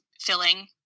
filling